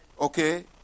Okay